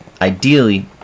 ideally